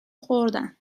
خوردن